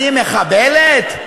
אני מחבלת?